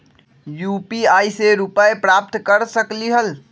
UPI से रुपए प्राप्त कर सकलीहल?